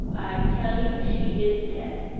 i tell you she is dead!